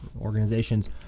organizations